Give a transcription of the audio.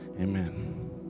Amen